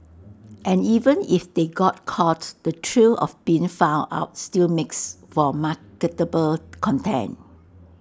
and even if they got caught the thrill of being found out still makes for marketable content